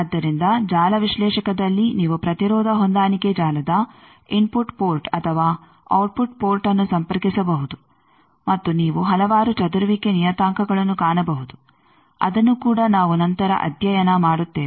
ಆದ್ದರಿಂದ ಜಾಲ ವಿಶ್ಲೇಷಕದಲ್ಲಿ ನೀವು ಪ್ರತಿರೋಧ ಹೊಂದಾಣಿಕೆ ಜಾಲದ ಇನ್ಫುಟ್ ಪೋರ್ಟ್ ಅಥವಾ ಔಟ್ಪುಟ್ ಪೋರ್ಟ್ಅನ್ನು ಸಂಪರ್ಕಿಸಬಹುದು ಮತ್ತು ನೀವು ಹಲವಾರು ಚದುರುವಿಕೆ ನಿಯತಾಂಕಗಳನ್ನು ಕಾಣಬಹುದು ಅದನ್ನೂ ಕೂಡ ನಾವು ನಂತರ ಅಧ್ಯಯನ ಮಾಡುತ್ತೇವೆ